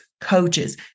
coaches